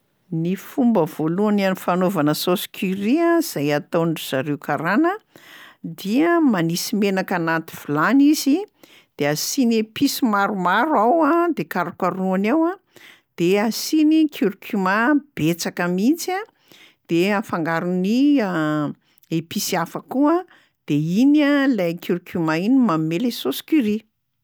Ny fomba voalohany a- fanaovana saosy curry a zay ataon-dry zareo karana dia: manisy menaka anaty vilany izy, de asiany episy maromaro ao a de karokarohany ao a, de asiany curcuma betsaka mihitsy a, de afangarony episy hafa koa, de iny a lay curcuma iny manome le saosy curry.